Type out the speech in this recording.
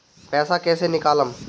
पैसा कैसे निकालम?